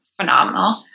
phenomenal